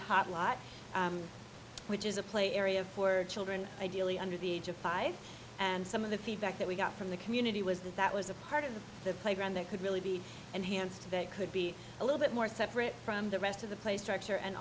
top lot which is a play area for children ideally under the age of five and some of the feedback that we got from the community was that that was a part of the playground that could really be enhanced that could be a little bit more separate from the rest of the play structure and